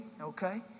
Okay